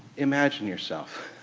imagine yourself